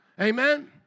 Amen